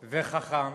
חכם,